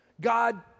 God